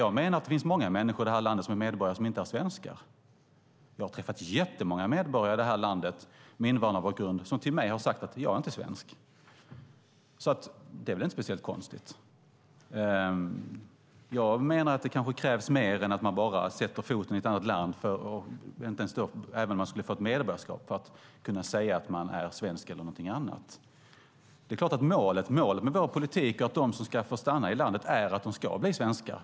Jag menar att det finns många människor i det här landet som är medborgare men som inte är svenskar. Jag har träffat jättemånga medborgare med invandrarbakgrund som till mig sagt att de inte är svenskar, så det är inte speciellt konstigt. Jag menar att det kanske krävs mer än att bara sätta foten i ett annat land, även om man skulle få medborgarskap, för att kunna säga att man är svensk eller någonting annat. Målet med vår politik är att de som får stanna i landet ska bli svenskar.